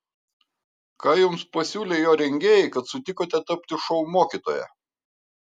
ką jums pasiūlė jo rengėjai kad sutikote tapti šou mokytoja